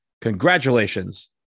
congratulations